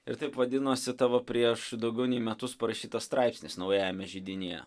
ir taip vadinosi tavo prieš daugiau nei metus parašytas straipsnis naujajame židinyje